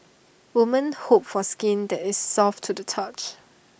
women hope for skin that is soft to the touch